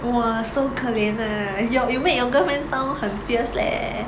!wah! so 可怜 leh you make your girlfriend sound 很 fierce leh